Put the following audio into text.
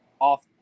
off